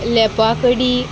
लेपाकडी